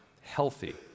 healthy